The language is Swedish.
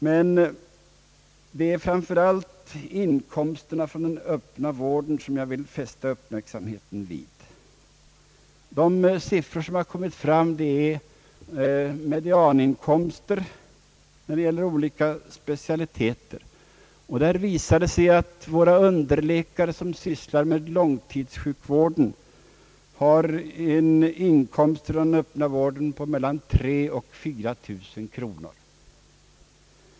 Jag vill här framför allt fästa uppmärksamheten på inkomsterna från den öppna vården. De siffror man här fått är medianinkomster för olika specialiteter. Våra underläkare som sysslar med långtidssjukvård har en inkomst från den öppna vården på mellan 3 000 och 4 000 kronor.